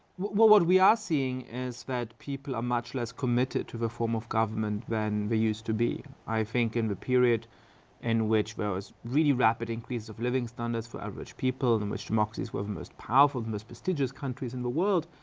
well what we are seeing is that people are much less committed to the form of government than they used to be. i think in the period in which there was really rapid increase of living standards for average people, in which democracies were the most powerful, the most prestigious countries in the world.